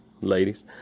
ladies